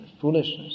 foolishness